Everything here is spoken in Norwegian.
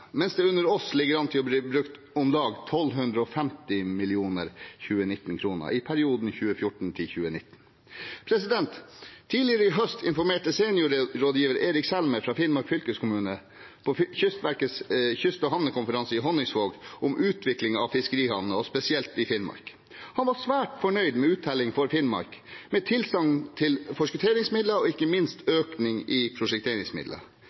mens det under oss ligger an til å bli brukt om lag 1 250 mill. 2019-kroner i perioden 2014–2019. Tidligere i høst informerte seniorrådgiver Eirik Selmer fra Finnmark fylkeskommune på Kystverkets kyst- og havnekonferanse i Honningsvåg om utviklingen av fiskerihavnene, og spesielt i Finnmark. Han var svært fornøyd med uttellingen for Finnmark, med tilsagn om forskutteringsmidler og ikke minst økning i prosjekteringsmidler.